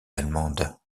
allemandes